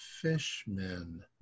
fishmen